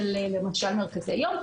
למשל של מרכזי יום,